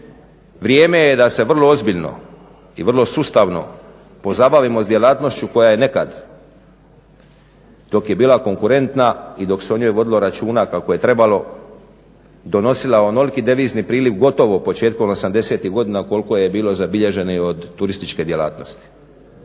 Vrijeme je da se vrlo ozbiljno i vrlo sustavno pozabavimo s djelatnošću koja je nekad dok je bila konkurentna i dok se o njoj vodilo računa kako je trebalo donosila onoliki devizni priljev pogotovo početkom '80-ih godina koliko je bilo zabilježeno od turističke djelatnosti.